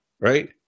right